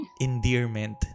endearment